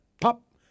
pop